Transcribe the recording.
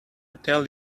tell